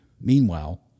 Meanwhile